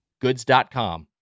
goods.com